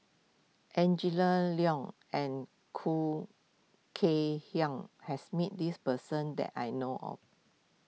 Angela Liong and Khoo Kay Hian has met this person that I know of